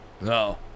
No